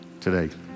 today